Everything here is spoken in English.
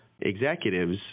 executives